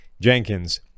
Jenkins